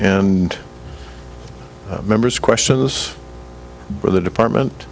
and members questions for the department